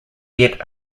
yet